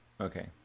Okay